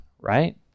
right